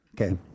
Okay